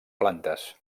plantes